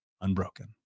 unbroken